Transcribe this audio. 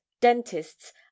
dentists